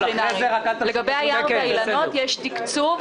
אחרי זה רק --- לגבי היער והאילנות יש תקצוב